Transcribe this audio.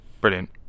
Brilliant